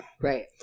Right